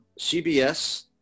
CBS